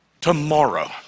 Tomorrow